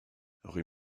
rue